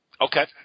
Okay